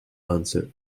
answer